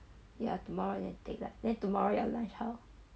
ya tomorrow then take lah then tomorrow your lunch how